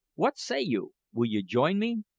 what say you? will you join me?